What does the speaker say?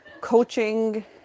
coaching